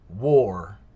war